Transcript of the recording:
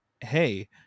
hey